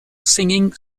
singing